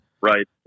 Right